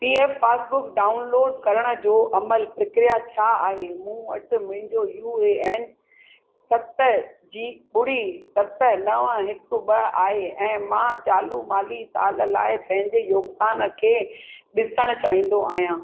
P F passbook download करण जो अमल प्रक्रिया छा आहे मूं वटि मुंहिंजो यू ए एन सत जी ॿुड़ी सत नव हिकु ॿ आहे ऐं मां चालू माली साल लाइ पंहिंजे योगदानु खे ॾिसणु चाहिंदो आहियां